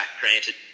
Granted